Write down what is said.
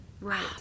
right